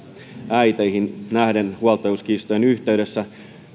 äiteihin nähden huoltajuuskiistojen yhteydessä